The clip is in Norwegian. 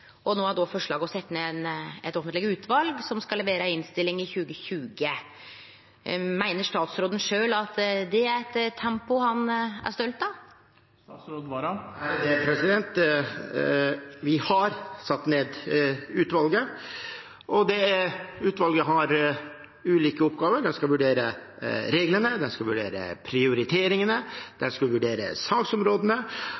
er altså forslaget at ein skal setje ned eit offentleg utval som skal levere si innstilling i 2020. Meiner statsråden sjølv at det er eit tempo han er stolt av? Vi har satt ned utvalget, og det har ulike oppgaver. Det skal vurdere reglene,